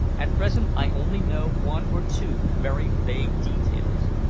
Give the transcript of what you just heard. at present i only know one or two very vague details.